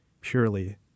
purely